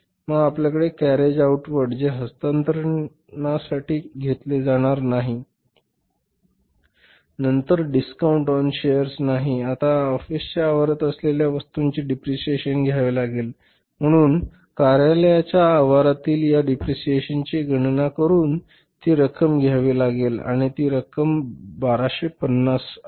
मग आपल्याकडे carriage outward जे हस्तांतरणासाठी घेतले जाणार नाही नंतर डीस्काउंट ऑन शेअर्स नाही आता ऑफिसच्या आवारात असलेल्या वस्तूंचे डिप्रिसिएशन घ्यावे लागेल म्हणून कार्यालयाच्या आवारातील या डिप्रिसिएशनची गणना करून ती रक्कम घ्यावी लागेल आणि ती रक्कम 1250 बरोबर